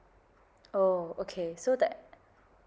oh okay so that